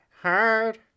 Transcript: hard